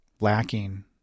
lacking